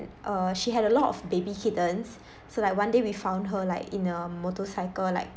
uh she had a lot of baby kittens so like one day we found her like in a motorcycle like